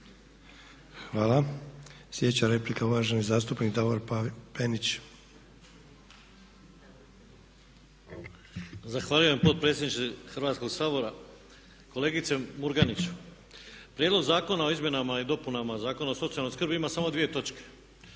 Hvala. Sljedeća replika, uvaženi zastupnik Davor Penić. **Penić, Davor (SDP)** Zahvaljujem potpredsjedniče Hrvatskog sabora. Kolegice Murganić. Prijedlog Zakona o izmjenama i dopunama Zakona o socijalnoj skrbi ima samo dvije točke.